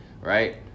Right